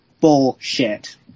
bullshit